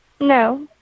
No